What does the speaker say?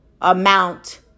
amount